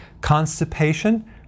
Constipation